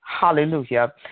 Hallelujah